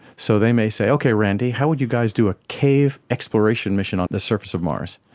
so they may say, okay randii, how would you guys do a cave exploration mission on the surface of mars?